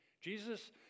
Jesus